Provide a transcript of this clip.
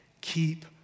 keep